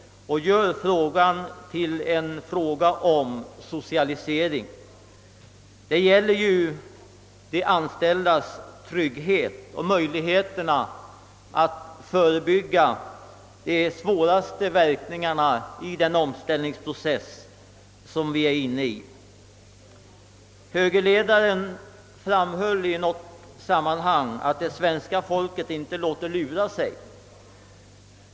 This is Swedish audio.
Man gör det till en fråga om socialisering, men det gäller ju de anställdas trygghet och möjligheterna att förebygga de svåraste verkningarna av den omställningsprocess som nu pågår. Högerledaren framhöll i något sammanhang att det svenska folket inte låter lura sig.